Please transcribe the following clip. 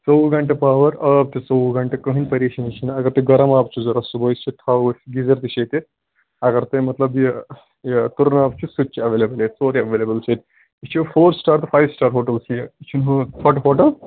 ژۄوُہ گنٛٹہٕ پاور آب تہٕ ژۄوُہ گنٛٹہٕ کٕہۭنۍ پریشٲنی چھِنہٕ اَگر تُہۍ گرم آب چھُو ضوٚرَتھ صُبحٲے سُہ تہِ تھاوو أسۍ گیٖزَر تہِ چھُ ییٚتہِ اگر تۄہہِ مطلب یہِ یہِ تُرُن آب چھُ سُہ تہِ چھُ ایولیبل ییٚتہِ سورُے ایولیبل چھُ ییٚتہِ یہِ چھُ فور سِٹار تہٕ فایِو سِٹار ہوٹَل چھِ یہِ یہِ چھُنہٕ ہُہ ژھۄٹہٕ ہوٹَل